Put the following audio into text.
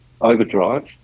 overdrive